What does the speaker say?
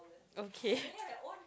okay